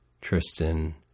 Tristan